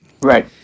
Right